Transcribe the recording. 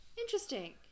Interesting